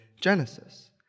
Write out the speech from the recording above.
Genesis